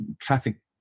traffic